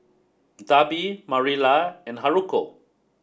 Darby Marilla and Haruko